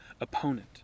opponent